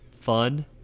Fun